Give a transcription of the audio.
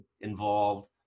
involved